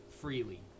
freely